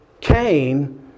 cain